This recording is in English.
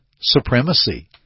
supremacy